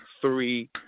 three